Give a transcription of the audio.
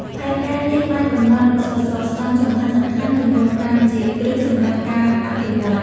ផែនការនេះបានកំណត់សសរស្តម្ភសំខាន់ៗចំនួន៥ជាគ្រឹះសម្រាប់ការអភិវឌ្ឍ។